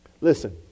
Listen